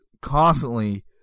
constantly